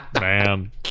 Man